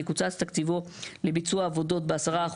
יקוצץ תקציבו לביצוע העבודות ב-10%.".